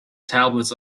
tablets